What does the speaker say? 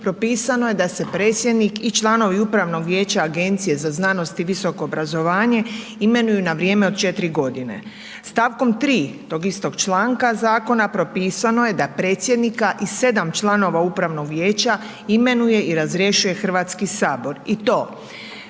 propisano je da se predsjednik i članovi Upravnog vijeća Agencije za znanost i visoko obrazovanje imenuju na vrijeme od 4 g. Stavkom 3 tog istog članka zakona, propisano je da predsjednika i 7 članova Upravnog vijeća imenuje i razrješuje Hrvatski sabor. I to